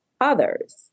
others